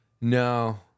No